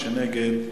מי שנגד,